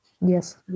yes